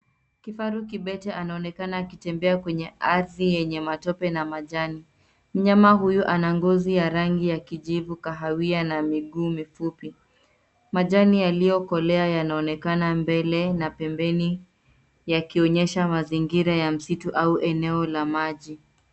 Kifaru kibete anaonekana akitembea kwenye ardhi yenye matope na majani. Mnyama huyu ana ngozi ya rangi ya kijivu kahawia na miguu mifupi. Majani yaliyokolea yanaonekana mbele na pembeni yakionyesha mazingira ya msitu au eneo la maji.